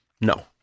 No